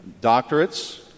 doctorates